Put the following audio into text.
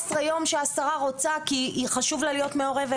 14 יום שהשרה רוצה כי חשוב לה להיות מעורבת?